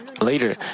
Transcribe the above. later